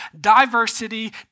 diversity